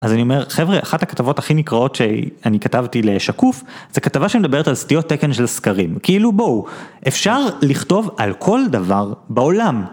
אז אני אומר, חבר'ה, אחת הכתבות הכי נקראות שאני כתבתי לשקוף, זו כתבה שמדברת על סטיות תקן של סקרים. כאילו בואו, אפשר לכתוב על כל דבר בעולם.